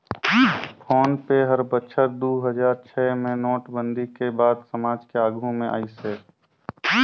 phone पे हर बछर दू हजार छै मे नोटबंदी के बाद समाज के आघू मे आइस हे